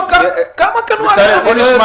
בואו נישאר